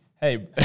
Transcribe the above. Hey